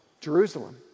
Jerusalem